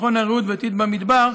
מכון הרעות והעתיד במדבר,